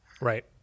right